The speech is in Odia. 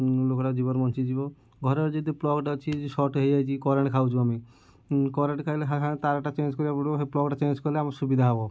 ଲୋକଟାର ଜୀବନ ବଞ୍ଚିଯିବ ଘରେ ଯଦି ପ୍ଲଗ୍ଟେ ଅଛି ସର୍ଟ ହୋଇଯାଇଛି କରେଣ୍ଟ୍ ଖାଉଛୁ ଆମେ କରେଣ୍ଟ୍ ଖାଇଲେ ସାଙ୍ଗେ ସାଙ୍ଗେ ତାରଟା ଚେଞ୍ଜ୍ କରିବାକୁ ପଡ଼ିବ ସେ ପ୍ଲଗ୍ଟା ଚେଞ୍ଜ୍ କଲେ ଆମକୁ ସୁବିଧା ହେବ